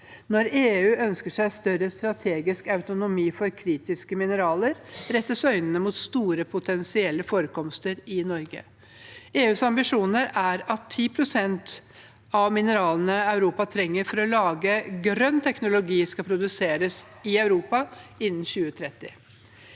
Når EU ønsker seg større strategisk autonomi for kritiske mineraler, rettes øynene mot store potensielle forekomster i Norge. EUs ambisjon er at 10 pst. av mineralene Europa trenger for å lage grønn teknologi, skal produseres i Europa innen 2030.